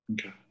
Okay